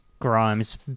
Grimes